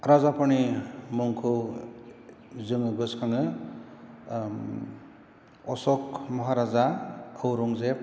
राजाफोरनि मुंखौ जोङो गोसोखाङो अशक महाराजा औरंजेब